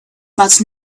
but